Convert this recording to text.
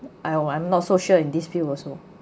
!aiyo! I'm not so sure in this field also